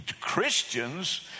Christians